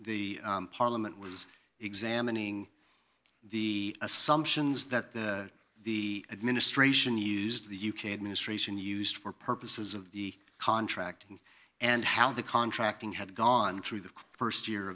the parliament was examining the assumptions that the administration used the u k administration used for purposes of the contracting and how the contracting had gone through the st year